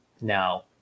Now